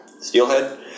Steelhead